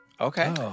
Okay